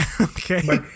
Okay